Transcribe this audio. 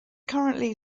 currently